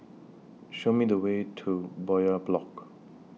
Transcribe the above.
Show Me The Way to Bowyer Block